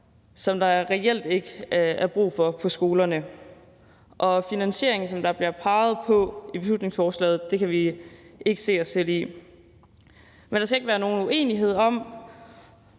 som der reelt ikke er brug for på skolerne. Og finansieringen, som der bliver peget på i beslutningsforslaget, kan vi ikke se os selv i. Men der skal ikke være nogen uenighed om,